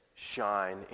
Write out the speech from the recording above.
shine